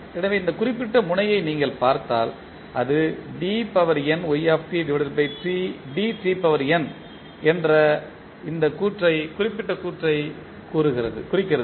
எனவே இந்த குறிப்பிட்ட முனையை நீங்கள் பார்த்தால் இது என்ற இந்த குறிப்பிட்ட கூற்றை குறிக்கிறது